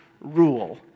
rule